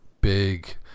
big